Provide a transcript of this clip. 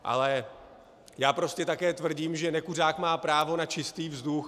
Ale já prostě také tvrdím, že nekuřák má právo na čistý vzduch.